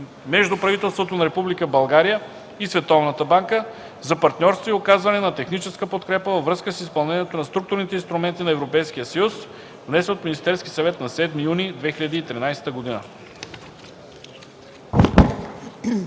между правителството на Република България и Световната банка за партньорство и оказване на техническа подкрепа във връзка с изпълнението на Структурните инструменти на Европейския съюз, внесен от Министерския съвет на 7 юни 2013 г.”